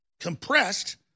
compressed